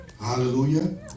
Hallelujah